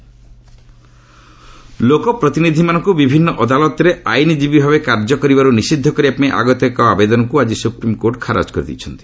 SC law maker ଲୋକ ପ୍ରତିନିଧିମାନଙ୍କୁ ବିଭିନ୍ନ ଅଦାଲତରେ ଆଇନଜୀବୀଭାବେ କାର୍ଯ୍ୟ କରିବାରୁ ନିଷିଦ୍ଧ କରିବା ପାଇଁ ଆଗତ ଏକ ଆବେଦନକୁ ଆଜି ସୁପ୍ରିମକୋର୍ଟ ଖାରଜ କରିଛନ୍ତି